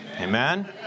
Amen